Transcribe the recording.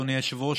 אדוני היושב-ראש,